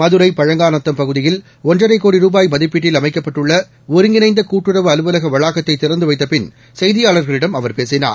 மதுரை பழங்காநத்தம் பகுதியில் ஒன்றரை கோடி ரூபாய் மதிப்பீட்டில் அமைக்கப்பட்டுள்ள ஒருங்கிணைந்த கூட்டுறவு அலுவலக வளாகத்தை திறந்து வைத்த பின் செய்தியாளர்களிடம் அவர் பேசினார்